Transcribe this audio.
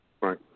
Right